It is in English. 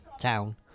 Town